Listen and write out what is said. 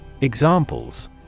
Examples